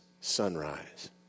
sunrise